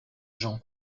jean